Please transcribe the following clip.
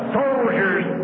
soldiers